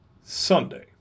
Sunday